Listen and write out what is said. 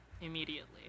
Immediately